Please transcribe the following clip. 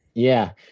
yeah,